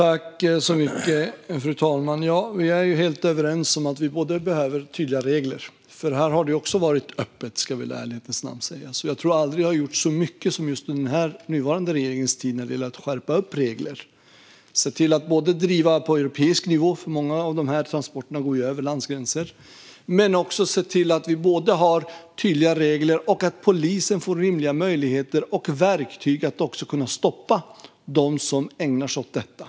Fru talman! Vi är helt överens om att vi behöver tydliga regler. Här har det också varit öppet, ska i ärlighetens namn sägas. Jag tror att det aldrig har gjorts så mycket som under den nuvarande regeringens tid när det gäller att skärpa regler, också på europeisk nivå - många av dessa transporter går ju över landsgränser - och för att ge polisen rimliga möjligheter och verktyg att stoppa dem som ägnar sig åt detta.